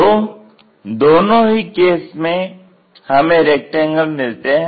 तो दोनों ही केस में हमें रेक्टेंगल मिलते हैं